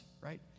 right